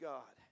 God